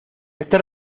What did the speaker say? este